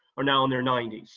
are now in their ninety s.